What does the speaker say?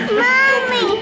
Mommy